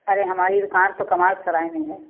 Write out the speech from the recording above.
अरे हमारी दुकान तो कमाल सराय में हैं